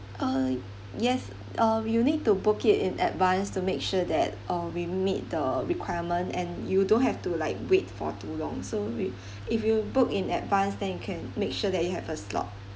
uh yes uh you need to book it in advance to make sure that oh we meet the requirement and you don't have to like wait for too long so we if you book in advance then you can make sure that you have a slot